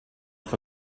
for